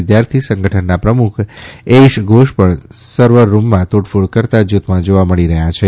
વિદ્યાર્થી સંગઠનના પ્રમુખ એઇશે ધોષ પણ સર્વરરૂમમાં તોડફોડ કરતાં જૂથમાં જોવા મળી છે